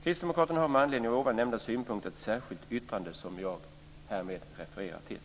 Kristdemokraterna har med anledning av här nämnda synpunkter avgivit ett särskilt yttrande, som jag härmed refererar till.